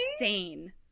insane